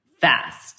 fast